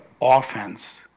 offense